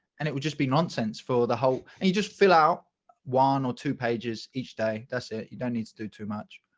and it will just be nonsense for the whole, and you just fill out one or two pages each day. that's it. you don't need to do too much.